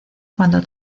cuando